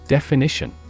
Definition